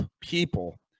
people